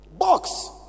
box